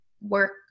work